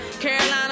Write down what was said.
Carolina